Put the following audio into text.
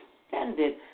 extended